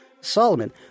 Solomon